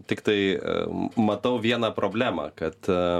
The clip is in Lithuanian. tiktai matau vieną problemą kad